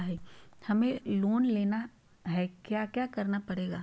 हमें लोन लेना है क्या क्या करना पड़ेगा?